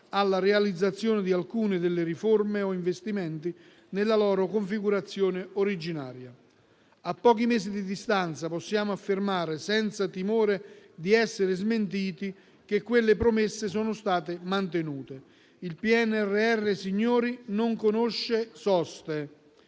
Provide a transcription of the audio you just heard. alla realizzazione di alcune riforme o investimenti nella loro configurazione originaria. A pochi mesi di distanza possiamo affermare, senza timore di essere smentiti, che quelle promesse sono state mantenute. Il PNRR, signori, non conosce soste: